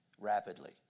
rapidly